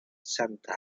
santa